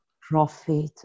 profit